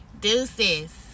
deuces